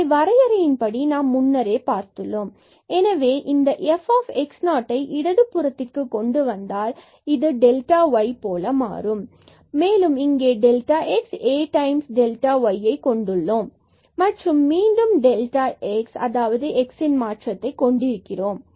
இதை வரையறையின் படி நாம் முன்னரே இதை பார்த்துள்ளோம் எனவே இந்த f ஐ இடது புறத்திற்கு கொண்டு வந்தால் இது டெல்டா y போல மாறும் மேலும் இங்கே டெல்டா x மற்றும் Aϵ ஐ கொண்டிருக்கிறோம் மற்றும் மீண்டும் டெல்டா x அதாவது x இன் மாற்றத்தை கொண்டிருக்கிறோம்